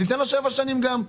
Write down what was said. אז ניתן כאן שבע שנים גם.